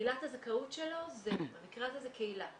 עילת הזכאות שלו במקרה הזה זה קהילה.